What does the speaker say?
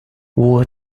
war